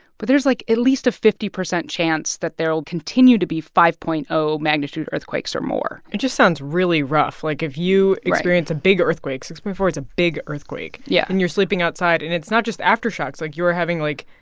but there's, like, at least a fifty percent chance that there will continue to be five point zero magnitude earthquakes or more it just sounds really rough. like, if you experience a big earthquake six point four is a big earthquake yeah and you're sleeping outside, and it's not just aftershocks, like, you are having, like,